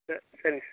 ச சரிங்க சார்